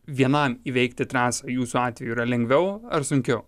vienam įveikti trasą jūsų atveju yra lengviau ar sunkiau